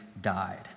died